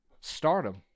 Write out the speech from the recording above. stardom